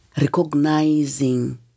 recognizing